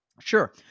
Sure